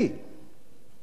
תארו לעצמכם,